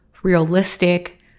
realistic